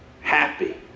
Happy